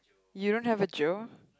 you don't have a Joe